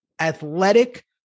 athletic